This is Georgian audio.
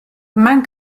მან